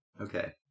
Okay